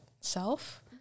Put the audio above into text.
self